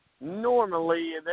normally